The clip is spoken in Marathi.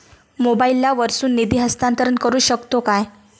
मोबाईला वर्सून निधी हस्तांतरण करू शकतो काय?